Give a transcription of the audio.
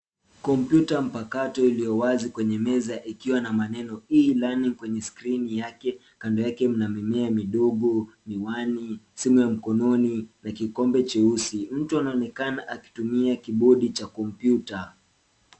Kompyuta mpakato iliyowazi kwenye meza ikiwa na maneno e-learning kwenye skrini yake, kando yake mna mimea midogo, miwani, simu ya mkononi na kikombe jeusi. Mtu anaonekana akitumia kibodi cha kompyuta.